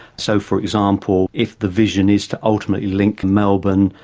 so, for example, if the vision is to ultimately link melbourne,